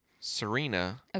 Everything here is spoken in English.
Serena